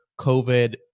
COVID